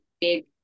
big